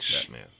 Batman